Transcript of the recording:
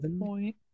point